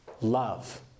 love